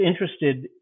interested